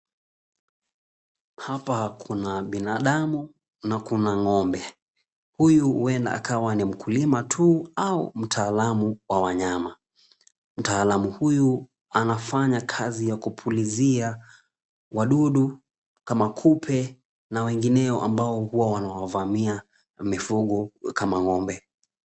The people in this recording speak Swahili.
Hapa kuna binadamu na kuna ng'ombe. Huyu huenda akawa ni mkulima tu au mtaalamu wa wanyama. Mtaalamu huyu anafanya kazi ya kupulizia wadudu kama kupe na wengineo ambao huwa wanawavamia mifugo kama ng'ombe.